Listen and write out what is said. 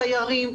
סיירים,